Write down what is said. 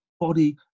body